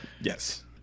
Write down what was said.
Yes